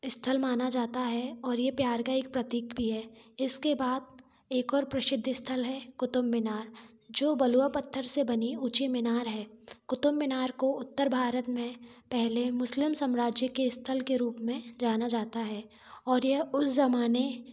स्थल माना जाता है और ये प्यार का एक प्रतीक भी है इसके बाद एक और प्रसिद्ध स्थल है कुतुब मीनार जो बलुआ पत्थर से बनी ऊँची मीनार है कुतुब मीनार को उत्तर भारत में पहले मुस्लिम साम्राज्य के स्थल के रूप में जाना जाता है और यह उस जमाने